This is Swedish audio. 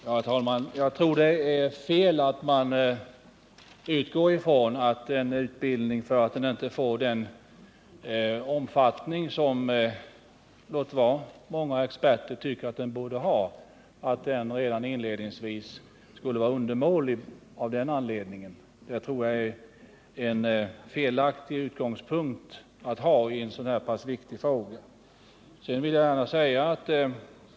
Herr talman! Jag tycker det är fel att utgå ifrån att en utbildning, för att den inte får den omfattning som — låt vara — många experter tycker att den bör ha, redan av den anledningen är undermålig. Det är fel att ha en sådan utgångspunkt i en så pass viktig fråga som denna.